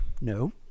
No